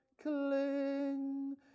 cling